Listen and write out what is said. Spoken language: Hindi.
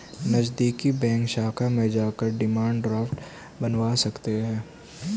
नज़दीकी बैंक शाखा में जाकर डिमांड ड्राफ्ट बनवा सकते है